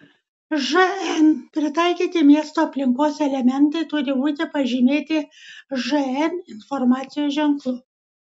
žn pritaikyti miesto aplinkos elementai turi būti pažymėti žn informacijos ženklu